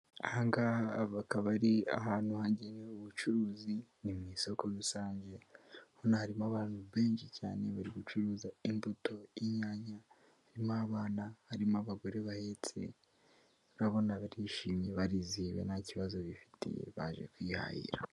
Aha ngaha akaba ari ahantu hangenyewe ubucuruzi ni mu isoko rusange ho hari harimo abantu benshi cyane bari gucuruza imbuto, inyanya irimo abana harimo abagore bahetsi turabona barishimye bariziwe nta kibazo bifitiye baje kwihahira.